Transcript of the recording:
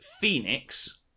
Phoenix